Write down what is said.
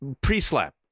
pre-slap